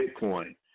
Bitcoin